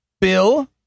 Bill